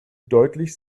deutlich